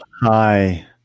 Hi